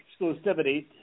exclusivity